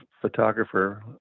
photographer